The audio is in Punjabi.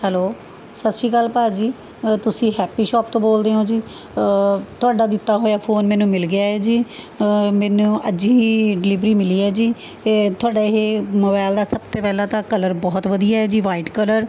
ਹੈਲੋ ਸਤਿ ਸ਼੍ਰੀ ਅਕਾਲ ਭਾਅ ਜੀ ਤੁਸੀਂ ਹੈਪੀ ਸ਼ੋਪ ਤੋਂ ਬੋਲਦੇ ਹੋ ਜੀ ਤੁਹਾਡਾ ਦਿੱਤਾ ਹੋਇਆ ਫ਼ੋਨ ਮੈਨੂੰ ਮਿਲ ਗਿਆ ਹੈ ਜੀ ਮੈਨੂੰ ਅੱਜ ਹੀ ਡਿਲੀਵਰੀ ਮਿਲੀ ਹੈ ਜੀ ਅਤੇ ਤੁਹਾਡਾ ਇਹ ਮੋਬਾਇਲ ਦਾ ਸਭ ਤੇ ਪਹਿਲਾਂ ਤਾਂ ਕਲਰ ਬਹੁਤ ਵਧੀਆ ਹੈ ਜੀ ਵਾਈਟ ਕਲਰ